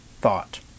thought